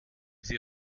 sie